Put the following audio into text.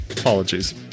Apologies